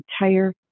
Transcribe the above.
entire